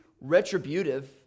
retributive